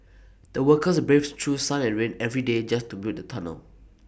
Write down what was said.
the workers braved through sun and rain every day just to build the tunnel